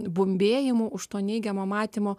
bumbėjimų už to neigiamo matymo